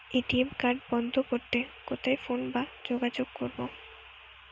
ATM card বন্ধ করতে কোথায় ফোন বা যোগাযোগ করব?